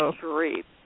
Great